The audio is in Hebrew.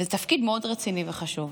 וזה תפקיד מאוד רציני וחשוב.